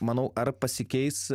manau ar pasikeis